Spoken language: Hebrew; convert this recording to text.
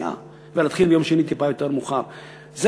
ואז להתחיל ביום שני טיפה מאוחר יותר.